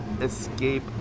escape